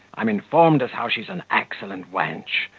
i'm informed as how she's an excellent wench,